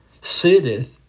sitteth